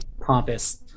pompous